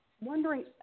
wondering